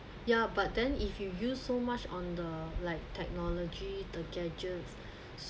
ya but then if you use so much on the like technology the gadgets